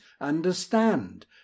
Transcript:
understand